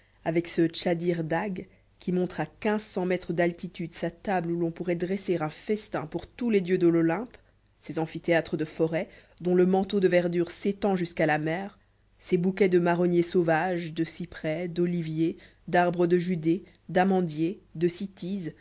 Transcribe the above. avec ce tchadir dagh qui montre à quinze cents mètres d'altitude sa table où l'on pourrait dresser un festin pour tous les dieux de l'olympe ses amphithéâtres de forêts dont le manteau de verdure s'étend jusqu'à la mer ses bouquets de marronniers sauvages de cyprès d'oliviers d'arbres de judée d'amandiers de